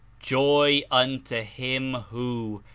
joy unto him who,